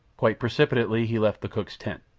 quite precipitately he left the cook's tent.